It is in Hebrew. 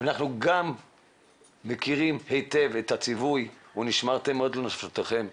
ואנחנו גם מכירים היטב את הציווי ונשמרתם לנפשותיכם.